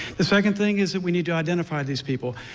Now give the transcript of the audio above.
the second thing is that we need to identify these people.